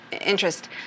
interest